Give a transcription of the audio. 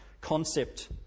concept